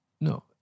no